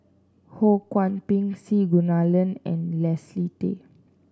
Ho Kwon Ping C Kunalan and Leslie Tay